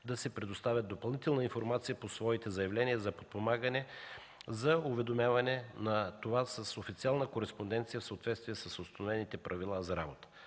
да предоставят допълнителна информация по своите заявления за уведомяване на това с официална кореспонденция в съответствие с установените правила за работа.